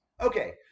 okay